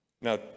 Now